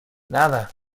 nada